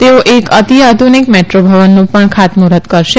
તેઓ એક અતિ આધુનિક મેટ્રો ભવનનું પણ ખાતમુર્ફત કરશે